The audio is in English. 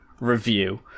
review